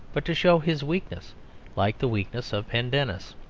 but to show his weakness like the weakness of pendennis.